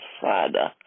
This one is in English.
Father